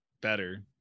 better